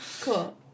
Cool